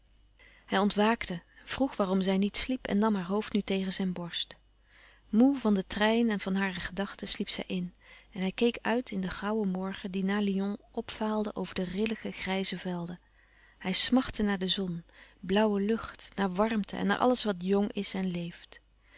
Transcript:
hij ontwaakte vroeg waarom zij niet sliep en nam haar hoofd nu tegen zijn borst moê van den trein en van hare gedachte sliep zij in en hij keek uit in den grauwen morgen die na lyon opvaalde over de rillige grijze velden hij smachtte naar de zon blauwe louis couperus van oude menschen de dingen die voorbij gaan lucht naar warmte en naar alles wat jng is en leeft